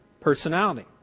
personality